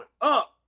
up